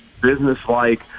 business-like